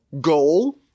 goal